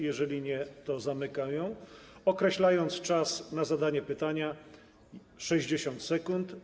Jeżeli nie, to zamykam ją, określając czas na zadanie pytania - 60 sekund.